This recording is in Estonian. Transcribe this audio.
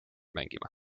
mängima